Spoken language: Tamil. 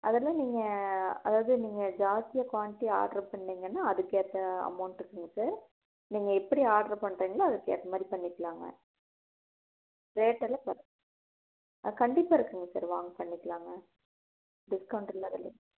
அது எல்லாம் நீங்கள் அதாவது நீங்கள் ஜாஸ்த்தியாக குவான்டிட்டி ஆர்ட்ரு பண்ணிங்கன்னா அதற்கு ஏற்ற அமௌன்ட் இருக்குங்க சார் நீங்கள் எப்படி ஆர்ட்ரு பண்ணுறிங்களோ அதற்கு ஏற்ற மாதிரி பண்ணிக்கலாங்க ரேட் எல்லாம் க கண்டிப்பாக இருக்குங்க சார் வாங்க பண்ணிக்கலாங்க டிஸ்கவுண்ட்லாம் அது இல்லைங்க